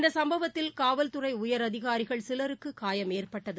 இந்த சம்பவத்தில் காவல்துறை உயர் அதிகாரிகள் சிலருக்கு காயம் ஏற்பட்டது